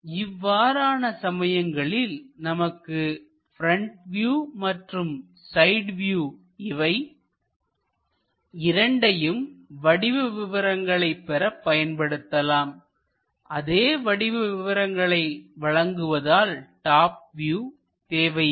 இவ்வாறான சமயங்களில் நமக்கு ப்ரெண்ட் வியூ மற்றும் சைடு வியூ இவை இரண்டையும் வடிவ விவரங்களை பெற பயன்படுத்தலாம்அதே வடிவம் விவரங்களை வழங்குவதால் டாப் வியூ தேவை இல்லை